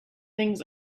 things